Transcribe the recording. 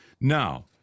Now